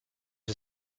see